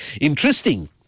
interesting